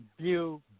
view